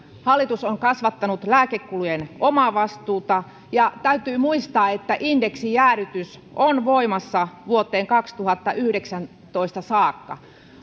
hallitus on kasvattanut lääkekulujen omavastuuta ja täytyy muistaa että indeksijäädytys on voimassa vuoteen kaksituhattayhdeksäntoista saakka